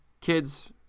kids